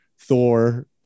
Thor